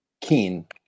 Keen